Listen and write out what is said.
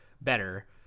better